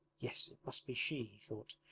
yes, it must be she he thought,